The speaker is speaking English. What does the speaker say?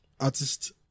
Artist